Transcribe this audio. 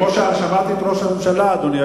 כי כמו ששמעתי את ראש הממשלה אומר,